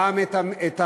גם את הערבים,